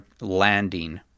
landing